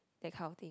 that kind of thing